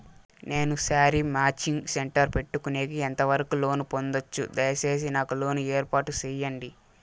నేను sari matching centre పెట్టుకునేకి ఎంత వరకు లోను పొందొచ్చు? దయసేసి నాకు లోను ఏర్పాటు సేయండి?